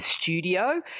studio